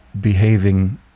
behaving